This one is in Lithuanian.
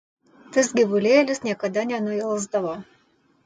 tas gyvulėlis niekada nenuilsdavo